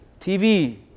TV